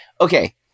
okay